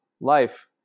life